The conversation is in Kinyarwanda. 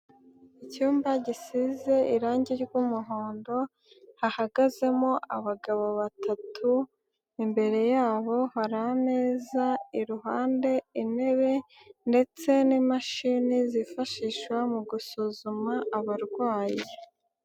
Icyumba gisize irangi ry'umuhondo hahagazemo abagabo batatu, imbere yabo hari ameza iruhande intebe ndetse n'imashini zifashishwa mu gusuzuma abarwayi.